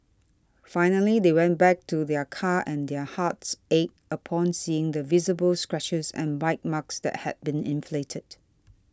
finally they went back to their car and their hearts ached upon seeing the visible scratches and bite marks that had been inflicted